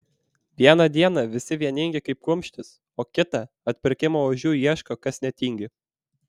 vieną dieną visi vieningi kaip kumštis o kitą atpirkimo ožių ieško kas netingi